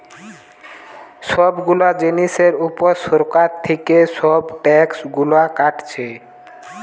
সব গুলা জিনিসের উপর সরকার থিকে এসব ট্যাক্স গুলা কাটছে